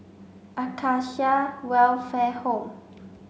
Acacia Welfare Home